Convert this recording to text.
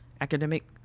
Academic